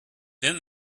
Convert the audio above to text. then